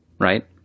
right